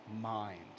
mind